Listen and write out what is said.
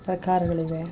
ಪ್ರಕಾರಗಳಿವೆ